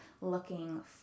looking